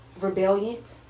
rebellious